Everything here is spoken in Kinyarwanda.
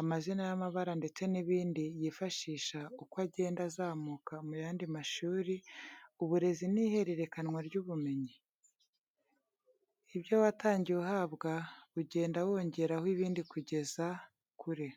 amazina y’amabara ndetse n’ibindi yifashisha uko agenda azamuka mu yandi mashuri, uburezi ni ihererekanwa ry'ubumenyi. Ibyo watangiye uhabwa ugenda wongeraho ibindi kugeza kure.